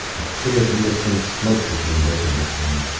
a queer indistinct smoke became visible to me,